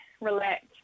relax